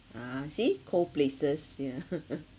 ah see cold places ya